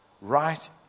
right